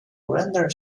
render